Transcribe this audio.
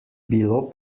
bilo